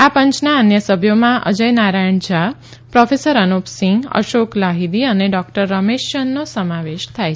આ પંચના અન્ય સભ્યોમાં અજય નારાયણ ઝા પ્રોફેસર અનુપસિંહ અશોક લાહિદી અને ડોક્ટર રમેશ ચંદનો સમાવેશ થાય છે